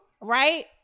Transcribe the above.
Right